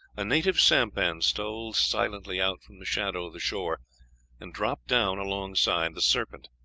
a native sampan stole silently out from the shadow of the shore and dropped down alongside the serpent.